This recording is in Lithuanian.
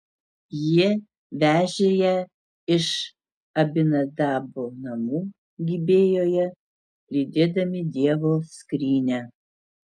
jie vežė ją iš abinadabo namų gibėjoje lydėdami dievo skrynią